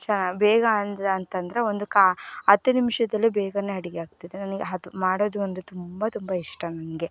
ಶಾ ಬೇಗ ಅಂದ ಅಂತಂದರೆ ಒಂದು ಕಾ ಹತ್ತು ನಿಮಿಷದಲ್ಲೂ ಬೇಗ ಅಡುಗೆಯಾಗ್ತದೆ ನನಗೆ ಅದು ಮಾಡೋದು ಅಂದರೆ ತುಂಬ ತುಂಬ ಇಷ್ಟ ನನಗೆ